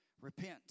Repent